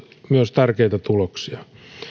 myös tuottanut tärkeitä tuloksia